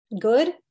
good